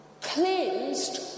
cleansed